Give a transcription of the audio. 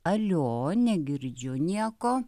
alio negirdžiu nieko